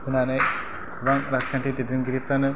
होनानै गोबां राजखान्थि दैदेनगिरिफ्रानो